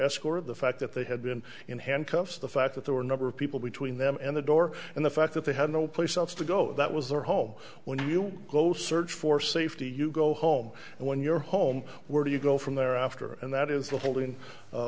escorted the fact that they had been in handcuffs the fact that there were a number of people between them and the door and the fact that they had no place else to go that was their home when you go search for safety you go home and when you're home where do you go from there after and that is the holding